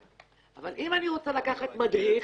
אם אני רוצה לקחת מדריך,